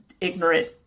ignorant